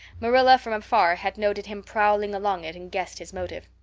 marilla from afar had noted him prowling along it and guessed his motive.